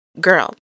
girl